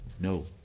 No